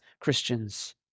Christians